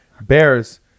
Bears